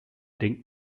denken